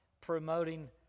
promoting